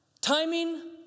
timing